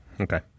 Okay